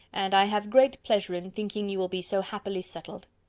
and i have great pleasure in thinking you will be so happily settled.